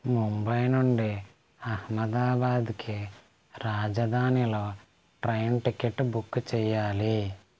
ముంబై నుండి అహ్మదాబాద్కి రాజధానిలో ట్రైన్ టికెట్ బుక్ చేయాలి